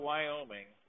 Wyoming